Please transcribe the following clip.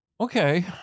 Okay